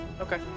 Okay